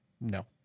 No